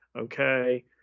okay